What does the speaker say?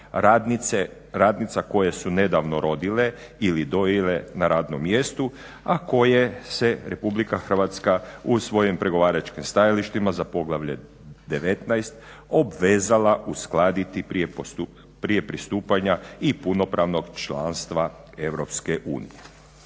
radnica koje su nedavno rodile ili dojile na radnom mjestu, a koje se Republika Hrvatska u svojim pregovaračkim stajalištima za poglavlje 19.obvezala uskladiti prije pristupanja i punopravnog članstva